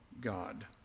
God